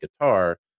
guitar